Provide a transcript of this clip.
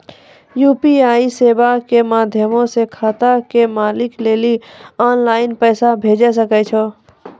UPI सेबा के माध्यमो से खाता के मालिक लेली आनलाइन पैसा भेजै सकै छो